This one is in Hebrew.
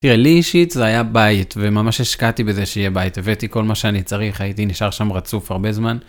תראה, לי אישית זה היה בית, וממש השקעתי בזה שיהיה בית, הבאתי כל מה שאני צריך, הייתי נשאר שם רצוף הרבה זמן.